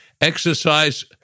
exercise